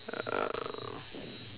uh